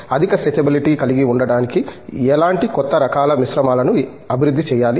అధిక స్ట్రెచబిలిటీ కలిగి ఉండటానికి ఎలాంటి కొత్త రకాల మిశ్రమాలను అభివృద్ధి చేయాలి